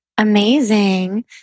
amazing